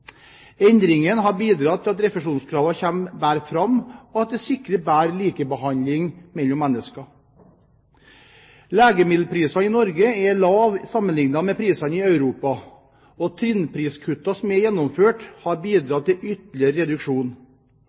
Endringen har bidratt til at refusjonskravene kommer bedre fram og til å sikre mer likebehandling mellom mennesker. Legemiddelprisene i Norge er lave sammenlignet med prisene i Europa, og trinnpriskuttene som er gjennomført, har bidratt til ytterligere reduksjon.